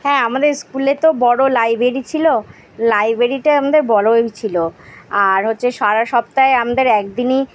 হ্যাঁ আমাদের স্কুলে তো বড়ো লাইব্রেরি ছিলো লাইব্রেরিটা আমাদের বড়োই ছিলো আর হচ্ছে সারা সপ্তাহে আমাদের একদিনই